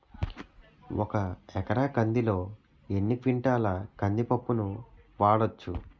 ఒక ఎకర కందిలో ఎన్ని క్వింటాల కంది పప్పును వాడచ్చు?